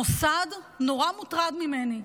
המוסד נורא מוטרד ממני.